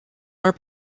our